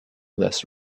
less